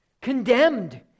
condemned